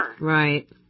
Right